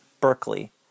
Berkeley